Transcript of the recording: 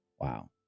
Wow